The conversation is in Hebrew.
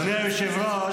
אדוני היושב-ראש.